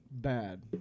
Bad